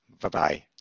Bye-bye